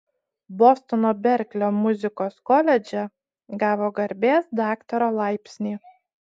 bostono berklio muzikos koledže gavo garbės daktaro laipsnį